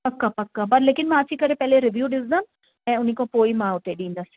पक पक पर लेकिन मां अची करे पहिरीं रिव्यू ॾिसंदमि ऐं उनखां पोइ ई मां उते ॾींदसि